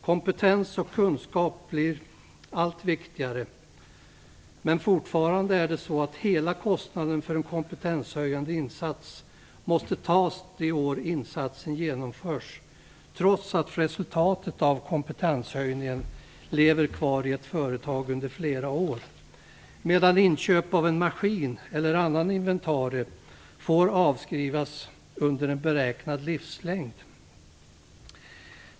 Kompetens och kunskap blir allt viktigare, men fortfarande är det så att hela kostnaden för en kompetenshöjande insats måste tas ut det år insatsen genomförs, trots att resultatet av kompetenshöjningen lever kvar i ett företag under flera år. Däremot får inköp av maskiner eller andra inventarier avskrivas under en beräknad livslängd.